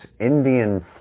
Indian